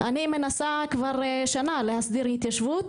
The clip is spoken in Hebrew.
מנסה כבר שנה להסדיר התיישבות,